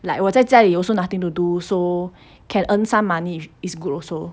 like 我在家里 also nothing to do so can earn some money is good also